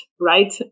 right